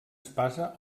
espasa